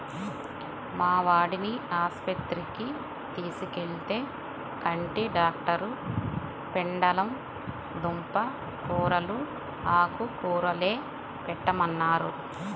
మా వాడిని ఆస్పత్రికి తీసుకెళ్తే, కంటి డాక్టరు పెండలం దుంప కూరలూ, ఆకుకూరలే పెట్టమన్నారు